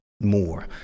more